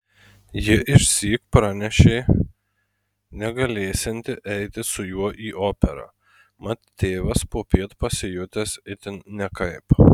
ji išsyk pranešė negalėsianti eiti su juo į operą mat tėvas popiet pasijutęs itin nekaip